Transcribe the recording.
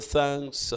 thanks